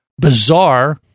bizarre